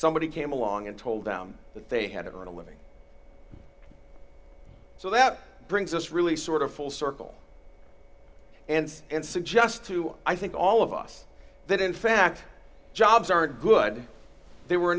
somebody came along and told them that they had it on a living so that brings us really sort of full circle and and suggest to i think all of us that in fact jobs are good they were a